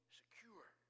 secure